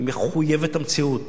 היא מחויבת המציאות.